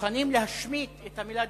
מוכנים להשמיט את המלה "דמוקרטי".